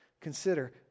consider